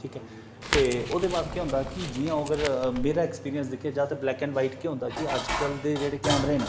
ठीक ऐ ते ओह्दे बाद केह् होंदा कि जियां ओह् अगर मेरा एक्सपिरिंस दिक्खेआ जा ते ब्लैक एण्ड वाईट केह् होंदा कि अज्जकल दे जेह्ड़े कैमरे न